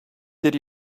did